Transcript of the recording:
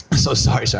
so sorry, sir.